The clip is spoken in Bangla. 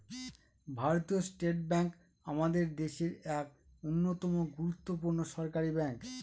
ভারতীয় স্টেট ব্যাঙ্ক আমাদের দেশের এক অন্যতম গুরুত্বপূর্ণ সরকারি ব্যাঙ্ক